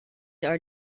are